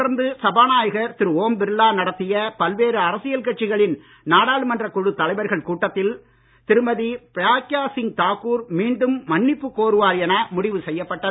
தொடர்ந்து சபாநாயகர் திரு ஓம் பிர்லா நடத்திய பல்வேறு அரசியல் கட்சிகளின் நாடாளுமன்ற குழுத் தலைவர்கள் கூட்டத்தில் திருமதி பிராக்யா சிங் தாக்கூர் மீண்டும் மன்னிப்பு கோருவார் என முடிவு செய்யப்பட்டது